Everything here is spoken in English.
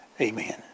Amen